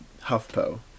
HuffPo